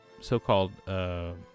so-called